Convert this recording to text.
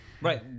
Right